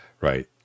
right